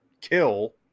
kill